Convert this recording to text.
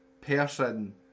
person